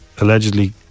allegedly